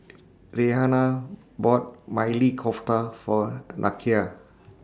Reanna bought Maili Kofta For Nakia